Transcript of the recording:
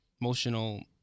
emotional